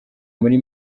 muri